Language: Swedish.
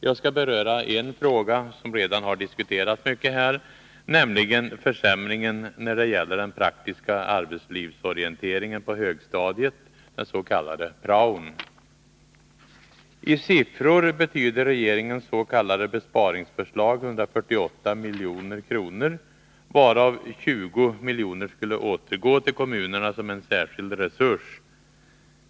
Jag skall beröra en fråga som redan har diskuterats mycket här, nämligen försämringen när det gäller den praktiska arbetslivsorienteringen på högstadiet, den s.k. praon. I siffror betyder regeringens s.k. besparingsförslag 148 milj.kr., varav 20 miljoner skulle återgå till kommunerna som en särskild resurs.